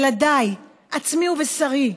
ילדיי, עצמי ובשרי.